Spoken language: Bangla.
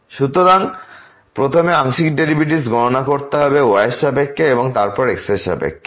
সুতরাং প্রথমে আংশিক ডেরিভেটিভ গণনা করতে হবে y এর সাপেক্ষে এবং তারপর x এরসাপেক্ষে